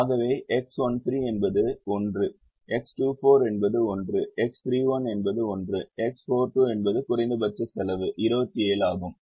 ஆகவே X13 என்பது 1 X24 என்பது 1 X31 என்பது 1 X42 என்பது குறைந்தபட்ச செலவு 27 ஆகும்